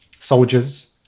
soldiers